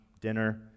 dinner